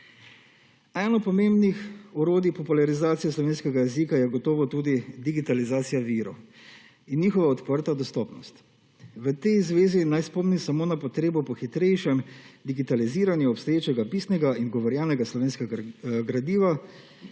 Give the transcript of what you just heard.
Eno pomembnih orodij popularizacije slovenskega jezika je gotovo tudi digitalizacija virov in njihova odprta dostopnost. V tej zvezi naj spomnim samo na potrebo po hitrejšem digitaliziranju obstoječega pisnega in govorjenega slovenskega gradiva